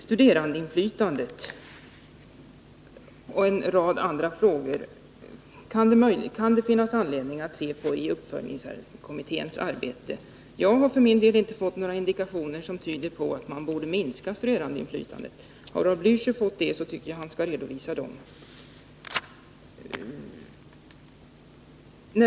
Studerandeinflytandet och en rad andra frågor kan det finnas anledning att se över i uppföljningskommittén. Jag för min del har inte fått några indikationer som tyder på att studerandeinflytandet borde minskas. Har Raul Blächer fått sådana, tycker jag att han skall redovisa dem.